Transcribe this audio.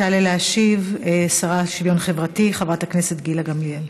תעלה להשיב השרה לשוויון חברתי חברת הכנסת גילה גמליאל.